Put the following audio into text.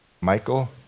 Michael